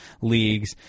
leagues